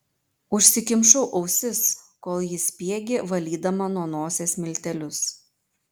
užsikimšau ausis kol ji spiegė valydama nuo nosies miltelius